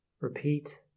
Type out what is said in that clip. repeat